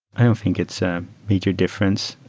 i don't think it's a major difference,